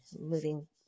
moving